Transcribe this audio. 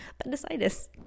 appendicitis